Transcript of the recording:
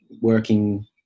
working